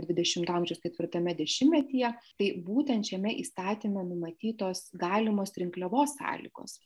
dvidešimto amžiaus ketvirtame dešimtmetyje tai būtent šiame įstatyme numatytos galimos rinkliavos sąlygos